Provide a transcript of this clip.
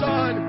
Son